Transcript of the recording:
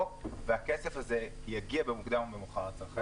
והכסף הזה יגיע במוקדם או במאוחר לצרכנים?